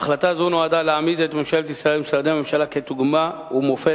החלטה זו נועדה להעמיד את ממשלת ישראל ומשרדי הממשלה כדוגמה ומופת